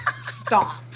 Stop